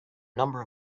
number